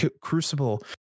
crucible